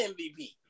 MVP